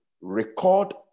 record